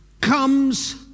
comes